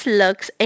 looks